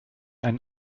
einen